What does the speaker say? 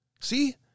See